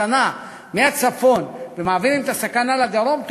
אחסנה מהצפון ומעבירים את הסכנה לדרום,